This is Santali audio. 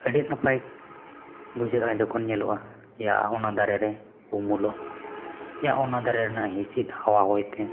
ᱟᱹᱰᱤ ᱱᱟᱯᱟᱭ ᱵᱩᱡᱷᱟᱹᱜᱼᱟ ᱡᱚᱠᱷᱚᱱ ᱧᱮᱞᱚᱜᱼᱟ ᱭᱟ ᱚᱱᱟ ᱫᱟᱨᱮᱨᱮ ᱩᱢᱩᱞᱚᱜ ᱭᱟ ᱚᱱᱟ ᱫᱟᱨᱮ ᱨᱮᱱᱟᱜ ᱦᱤᱸᱥᱤᱫᱽ ᱦᱟᱣᱟ ᱦᱚᱭᱛᱮ